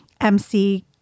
MC